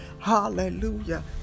hallelujah